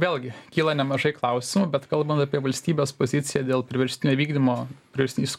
vėlgi kyla nemažai klausimų bet kalbant apie valstybės poziciją dėl priverstinio vykdymo priverstinis